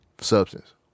Substance